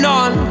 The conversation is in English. on